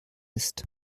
ist